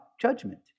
judgment